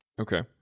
Okay